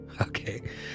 okay